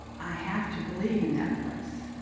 i have to believe in that place.